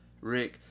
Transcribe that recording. Rick